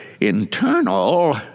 internal